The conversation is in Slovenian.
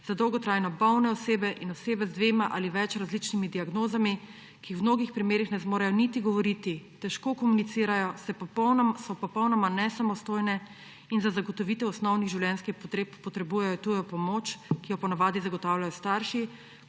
za dolgotrajno bolne osebe in osebe z dvema ali več različnimi diagnozami, ki v mnogih primerih ne zmorejo niti govoriti, težko komunicirajo, so popolnoma nesamostojne in za zagotovitev osnovnih življenjskih potreb potrebujejo tujo pomoč, ki jo po navadi zagotavljajo starši.